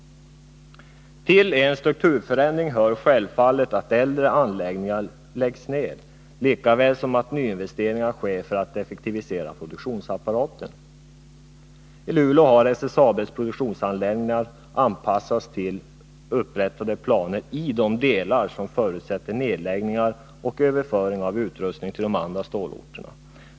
Till strukturförändringar hör självfallet att äldre anläggningar läggs ned lika väl som att nyinvesteringar görs för att effektivisera produktionsapparaten. I Luleå har SSAB:s produktionsanläggningar anpassats till upprättade planeri de delar som förutsätter nedläggning och överföring av utrustning till de andra stålorterna.